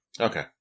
Okay